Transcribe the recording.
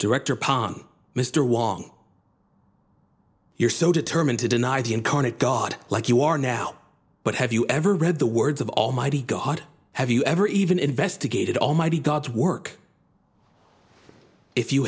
director palm mr wong you're so determined to deny the incarnate god like you are now but have you ever read the words of almighty god have you ever even investigated almighty god's work if you